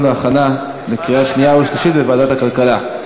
ולהכנה לקריאה שנייה ושלישית בוועדת הכלכלה.